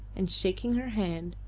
and, shaking her head,